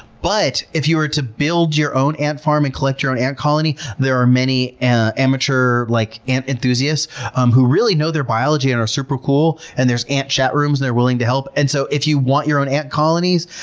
but if you were to build your own ant farm and collect your own ant colony, there are many and ah amateur like ant enthusiasts um who really know their biology and are super cool, and there's ant chat rooms, they're willing to help. and so if you want your own ant colonies,